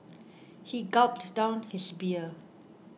he gulped down his beer